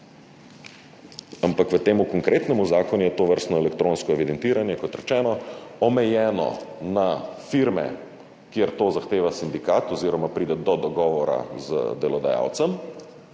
ampak v temu konkretnemu zakonu je tovrstno elektronsko evidentiranje, kot rečeno, omejeno na firme, kjer to zahteva sindikat oziroma pride do dogovora z delodajalcem,